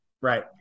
Right